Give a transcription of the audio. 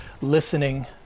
listening